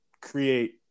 create